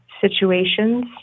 situations